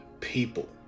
people